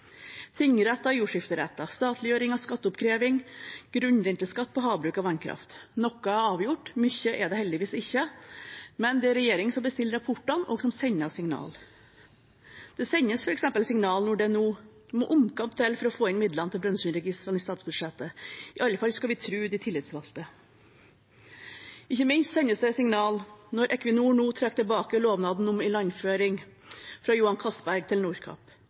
såret. Tingretter, jordskifteretter, statliggjøring av skatteoppkreving, grunnrenteskatt på havbruk og vannkraft – noe er avgjort, mye er det heldigvis ikke, men det er regjeringen som bestiller rapportene, og som sender signalene. Det sendes f.eks. signal når det nå må omkamp til for å få midlene til Brønnøysundregistrene inn i statsbudsjettet, i alle fall skal vi tro de tillitsvalgte. Ikke minst sendes det signal når Equinor nå trekker tilbake lovnaden om ilandføring fra Johan Castberg til